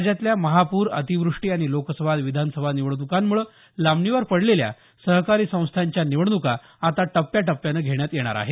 राज्यातला महापूर अतिवृष्टी आणि लोकसभा विधानसभा निवडण्कीम्ळे लांबणीवर पडलेल्या सहकारी संस्थांच्या निवडणुका आता टप्याटप्यानं घेण्यात येणार आहेत